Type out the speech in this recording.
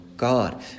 God